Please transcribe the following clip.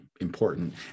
important